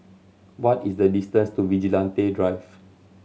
what is the distance to Vigilante Drive